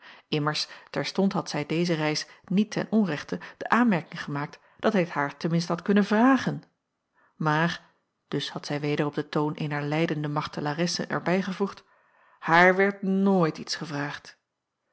immers terstond had zij deze reis niet ten onrechte de aanmerking gemaakt dat hij t haar ten minste had kunnen vragen maar dus had zij weder op den toon eener lijdende martelaresse er bijgevoegd haar werd nooit iets gevraagd